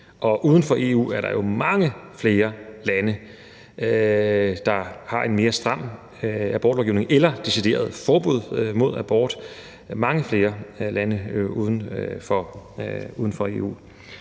og uden for EU er der jo mange flere lande, der har en mere stram abortlovgivning eller decideret forbud mod abort; der er mange flere lande uden for EU.